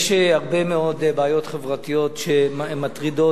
יש הרבה מאוד בעיות חברתיות שמטרידות,